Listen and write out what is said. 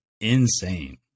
insane